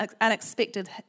unexpected